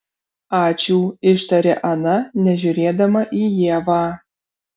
ačiū ištarė ana nežiūrėdama į ievą